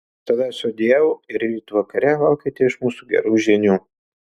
tada sudieu ir ryt vakare laukite iš mūsų gerų žinių